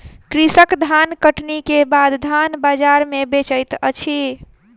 कृषक धानकटनी के बाद धान बजार में बेचैत अछि